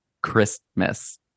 Christmas